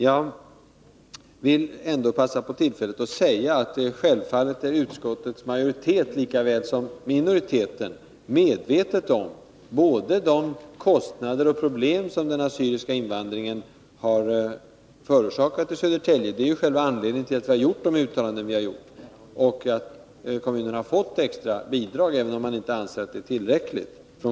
Jag vill ändå passa på tillfället att säga att utskottets majoritet lika väl som minoriteten självfallet är medveten om de kostnader och problem som den assyriska/syrianska invandringen har förorsakat Södertälje. Det är ju själva anledningen till att vi har gjort de uttalanden som vi har gjort och att kommunen fått extra bidrag — även om det inte anses vara tillräckligt.